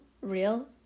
real